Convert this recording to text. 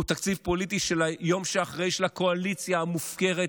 הוא תקציב פוליטי של "היום שאחרי" של הקואליציה המופקרת,